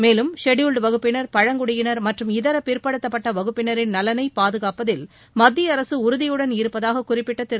மேலும் ஷெட்யூல்டு வகுப்பினர் பழங்குடியினர் மற்றும் இதர பிற்படுத்தப்பட்ட வகுப்பினரின் நலனை பாதுகாப்பதில் மத்திய அரசு உறுதியுடன் இருப்பதாக குறிப்பிட்ட திரு